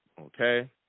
okay